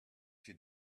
she